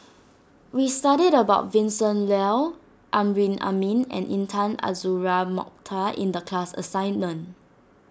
we studied about Vincent Leow Amrin Amin and Intan Azura Mokhtar in the class assignment